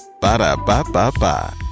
Ba-da-ba-ba-ba